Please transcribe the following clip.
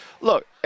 look